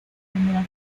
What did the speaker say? primera